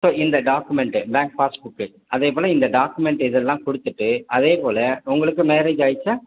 இப்போ இந்த document bank passbook அதேப்போல் இந்த டாக்குமெண்ட் இதெல்லாம் கொடுத்துட்டு அதேப்போல் உங்களுக்கு மேரேஜ் ஆயிடுச்சா